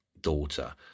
daughter